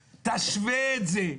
תשווה את זה.